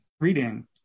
reading